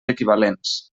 equivalents